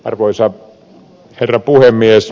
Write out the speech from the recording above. arvoisa herra puhemies